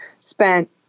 spent